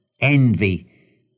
envy